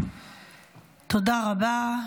תודה רבה.